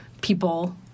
people